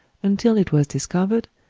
until it was discovered,